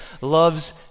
loves